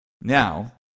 Now